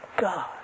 God